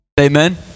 Amen